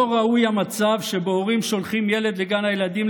לא ראוי המצב שבו הורים שולחים ילד לגן הילדים,